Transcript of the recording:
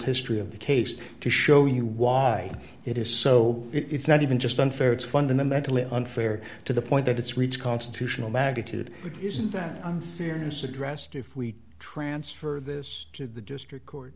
history of the case to show you why it is so it's not even just unfair it's fundamentally unfair to the point that it's reached constitutional magnitude but isn't that unfairness addressed if we transfer this to the district court